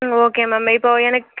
ம் okay ma'am இப்போது எனக்